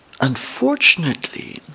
unfortunately